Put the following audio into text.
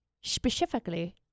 specifically